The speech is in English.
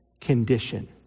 condition